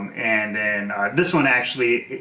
and then this one actually,